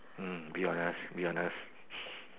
uh be honest be honest